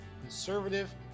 conservative